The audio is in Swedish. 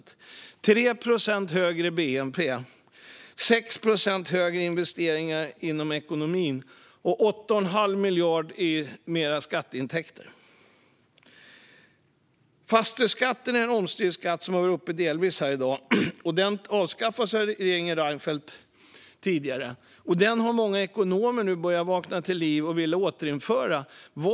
Det skulle bli 3 procent högre bnp, 6 procent högre investeringar inom ekonomin och 8 1⁄2 miljard i ökade skatteintäkter. Fastighetsskatten är en omstridd skatt, som delvis har varit uppe här i dag. Den avskaffades av regeringen Reinfeldt. Nu har många ekonomer börjat vakna till liv och vill återinföra den.